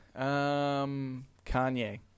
Kanye